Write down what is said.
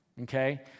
okay